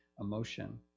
emotion